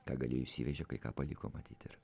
ką galėjo išsivežė kai ką paliko matyt ir